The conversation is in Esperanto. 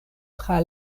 tra